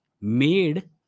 made